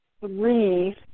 three